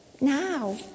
now